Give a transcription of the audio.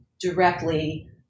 directly